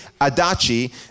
Adachi